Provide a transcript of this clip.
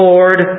Lord